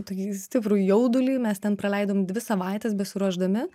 tokį stiprų jaudulį mes ten praleidom dvi savaites besiruošdami